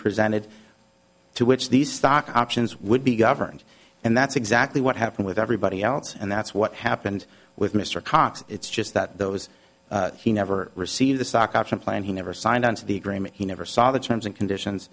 presented to which these stock options would be governed and that's exactly what happened with everybody else and that's what happened with mr cox it's just that those he never received the stock option plan he never signed on to the agreement he never saw the terms and conditions